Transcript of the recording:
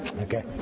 Okay